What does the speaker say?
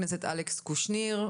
חבר הכנסת אלכס קושניר,